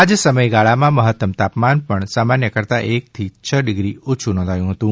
આ જ સમયગાળામાં મહત્તમ તાપમાન પણ સામાન્ય કરતા એકથી છ ડિગ્રી ઓછું નોંધાયું હતું